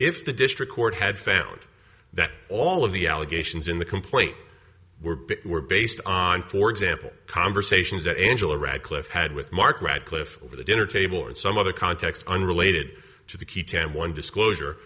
if the district court had found that all of the allegations in the complaint were were based on for example conversations that angela radcliffe had with mark radcliffe over the dinner table and some other context unrelated to the key ten one disclosure